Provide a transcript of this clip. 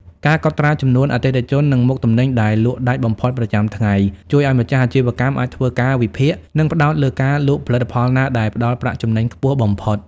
ការកត់ត្រាចំនួនអតិថិជន និងមុខទំនិញដែលលក់ដាច់បំផុតប្រចាំថ្ងៃ ជួយឱ្យម្ចាស់អាជីវកម្មអាចធ្វើការវិភាគ និងផ្ដោតលើការលក់ផលិតផលណាដែលផ្ដល់ប្រាក់ចំណេញខ្ពស់បំផុត។